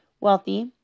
Wealthy